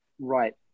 Right